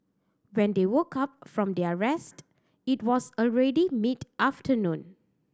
when they woke up from their rest it was already mid afternoon